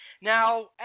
Now